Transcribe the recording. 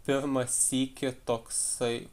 pirmą sykį toksai